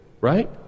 Right